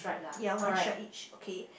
ya one stripe each okay